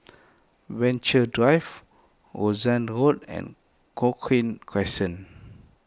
Venture Drive Rochdale Road and Cochrane Crescent